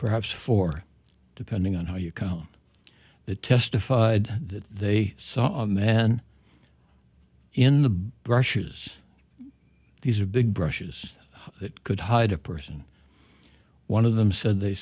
perhaps four depending on how you count that testified that they saw a man in the brushes these are big brushes that could hide a person one of them said they